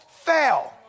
fail